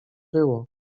było